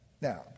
Now